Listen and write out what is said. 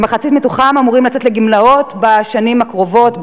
כמחציתם אמורים לצאת לגמלאות בשנים הקרובות,